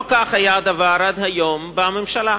לא כך היה הדבר עד היום בממשלה.